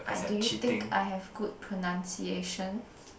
I do you think I have good pronunciation